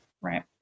Right